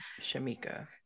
Shamika